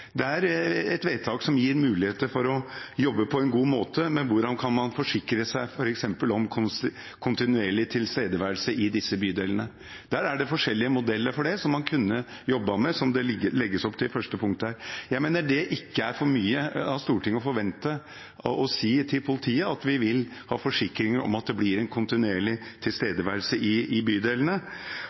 vedtak som gir muligheter for å jobbe på en god måte med hvordan man kan forsikre seg om f.eks. kontinuerlig tilstedeværelse i disse bydelene. Der er det forskjellige modeller for det som man kunne jobbet med, som det legges opp til i det første punktet her. Jeg mener det ikke er for mye av Stortinget å forvente at vi skal kunne si til politiet at vi vil ha forsikringer om at det blir en kontinuerlig tilstedeværelse i bydelene.